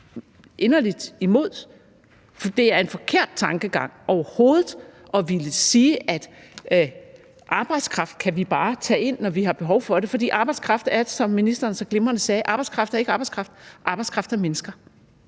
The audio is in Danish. inderligt imod, for det er en forkert tankegang overhovedet at ville sige, at arbejdskraft kan vi bare tage ind, når vi har behov for det. For arbejdskraft er, som ministeren så glimrende sagde, ikke arbejdskraft; arbejdskraft er mennesker.